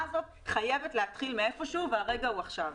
הזאת חייבת להתחיל ממקום כלשהו והרגע הוא עכשיו.